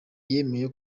yemeye